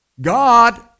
God